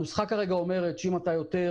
הנוסחה כרגע אומרת שאם אתה יותר